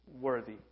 worthy